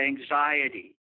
anxiety